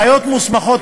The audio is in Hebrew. אחיות מוסמכות,